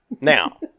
now